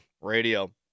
Radio